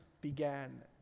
began